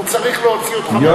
הוא צריך להוציא אותך,